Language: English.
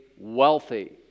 wealthy